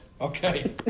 Okay